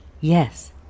yes